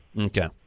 Okay